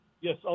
Yes